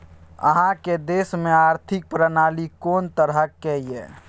अहाँक देश मे आर्थिक प्रणाली कोन तरहक यै?